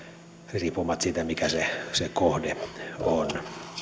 riippumatta siitä mikä se se kohde on